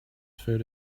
food